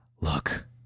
Look